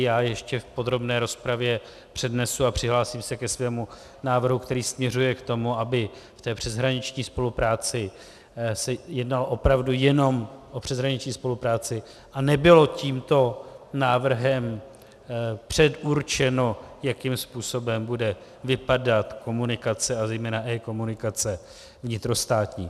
Já ještě v podrobné rozpravě přednesu a přihlásím se ke svému návrhu, který směřuje k tomu, aby v té přeshraniční spolupráci se jednalo opravdu jenom o přeshraniční spolupráci a nebylo tímto návrhem předurčeno, jakým způsobem bude vypadat komunikace, a zejména ekomunikace vnitrostátní.